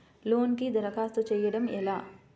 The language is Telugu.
లోనుకి దరఖాస్తు చేయడము ఎలా?